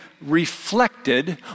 reflected